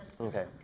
Okay